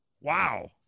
Wow